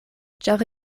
ĉar